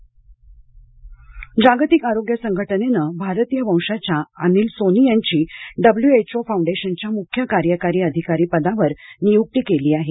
जागतिक आरोग्य संघटना जागतिक आरोग्य संघटनेनं भारतीय वंशाच्या अनिल सोनी यांची डब्ल्यूएचओ फोंडेशनच्या मुख्य कार्यकारी अधिकारी पदावर नियुक्ती केली आहे